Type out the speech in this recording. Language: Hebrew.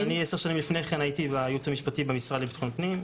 עשר שנים לפני כן הייתי בייעוץ המשפטי במשרד לביטחון הפנים.